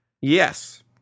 Yes